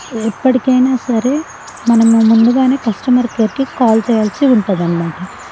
ఎప్పటికైనా సరే మనము ముందుగానే కస్టమర్ కేర్కి కాల్ చేయాల్సి ఉంటుంది అనమాట